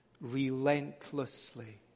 relentlessly